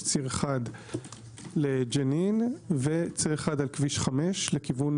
יש ציר אחד לג'נין ואחד על כביש 5 לכיוון